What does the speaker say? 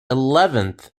eleventh